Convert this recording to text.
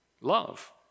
love